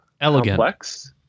elegant